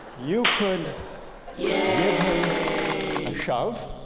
you could give him a shove